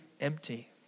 empty